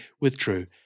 withdrew